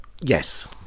yes